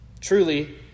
Truly